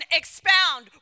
expound